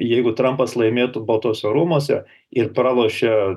jeigu trampas laimėtų baltuose rūmuose ir pralošia